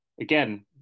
again